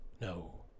No